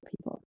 people